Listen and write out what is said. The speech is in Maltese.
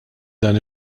dan